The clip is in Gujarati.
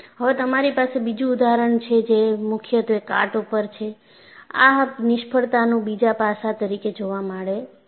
હવે તમારી પાસે બીજું ઉદાહરણ છે જે મુખ્યત્વે કાટ ઉપર છે આ નિષ્ફળતાનું બીજા પાસા તરીકે જોવા મળે છે